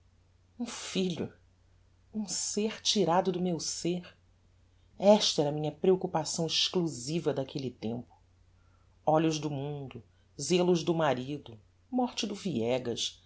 um filho um ser tirado do meu ser esta era a minha preoccupação exclusiva daquelle tempo olhos do mundo zelos do marido morte do viegas